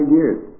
years